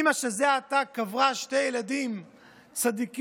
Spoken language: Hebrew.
אימא שזה עתה קברה שני ילדים צדיקים,